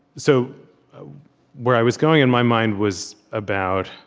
so where i was going in my mind was about